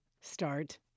start